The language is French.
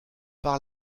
par